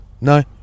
no